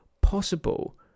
possible